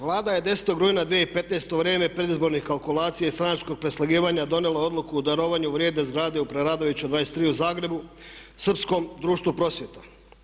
Vlada je 10.rujna 2015. u vrijeme predizbornih kalkulacija i stranačkog preslagivanja donijela Odluku o darovanju vrijedne zgrade u Preradovićevoj 23 u Zagrebu Srpskom društvu prosvjeta.